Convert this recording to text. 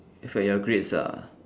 affect your grades ah